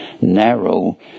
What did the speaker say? narrow